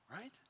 right